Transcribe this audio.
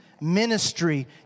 ministry